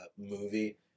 movie